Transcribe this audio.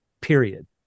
period